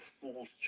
fool's